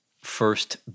first